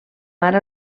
ara